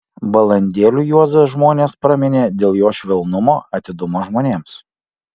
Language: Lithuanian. balandėliu juozą žmonės praminė dėl jo švelnumo atidumo žmonėms